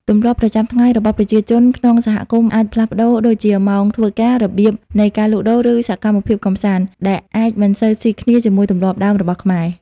ទម្លាប់ប្រចាំថ្ងៃរបស់ប្រជាជនក្នុងសហគមន៍អាចផ្លាស់ប្តូរ ដូចជាម៉ោងធ្វើការ របៀបនៃការលក់ដូរ ឬសកម្មភាពកម្សាន្ត ដែលអាចមិនសូវស៊ីគ្នាជាមួយទម្លាប់ដើមរបស់ខ្មែរ។